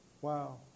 Wow